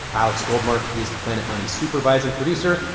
alex goldmark is planet money's supervising producer.